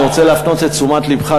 אני רוצה להפנות את תשומת לבך,